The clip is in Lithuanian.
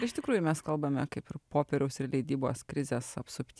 iš tikrųjų mes kalbame kaip ir popieriaus ir leidybos krizės apsupty